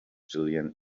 jillian